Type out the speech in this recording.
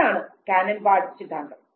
ഇതാണ് Cannon Bard സിദ്ധാന്തം